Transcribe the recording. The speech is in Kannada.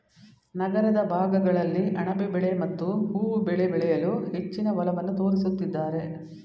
ನಗರ ಭಾಗಗಳಲ್ಲಿ ಅಣಬೆ ಬೆಳೆ ಮತ್ತು ಹೂವು ಬೆಳೆ ಬೆಳೆಯಲು ಹೆಚ್ಚಿನ ಒಲವನ್ನು ತೋರಿಸುತ್ತಿದ್ದಾರೆ